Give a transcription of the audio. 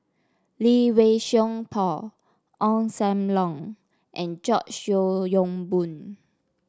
Lee Wei Song Paul Ong Sam Leong and George Yeo Yong Boon